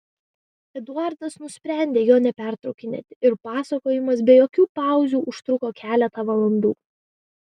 eduardas nusprendė jo nepertraukinėti ir pasakojimas be jokių pauzių užtruko keletą valandų